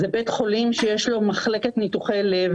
זה בית חולים שיש לו מחלקת ניתוחי לב.